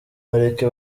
bareke